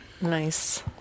Nice